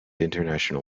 international